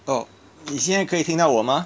oh 你先可以听到我吗